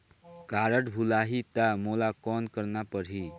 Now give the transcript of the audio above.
Card भुलाही ता मोला कौन करना परही?